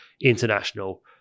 International